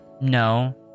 No